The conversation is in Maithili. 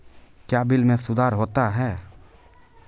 क्या बिल मे सुधार होता हैं?